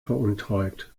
veruntreut